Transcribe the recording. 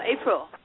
April